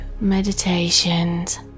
meditations